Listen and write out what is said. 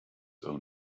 own